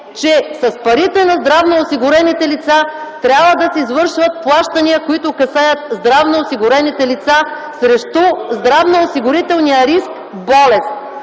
че с парите на здравноосигурените лица трябва да се извършват плащания, които касаят здравноосигурените лица срещу здравноосигурителния риск „Болест”